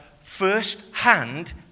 first-hand